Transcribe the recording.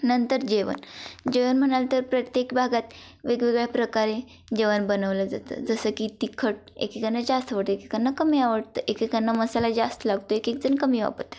नंतर जेवण जेवण म्हणाल तर प्रत्येक भागात वेगवेगळ्या प्रकारे जेवण बनवलं जातं जसं की तिखट एकेकांना जास्त आवडतं एकेकांना कमी आवडतं एकेकांना मसाला जास्त लागतो एक एकजण कमी वापरतात